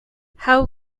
how